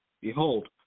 Behold